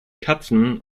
katzen